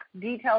Details